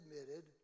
admitted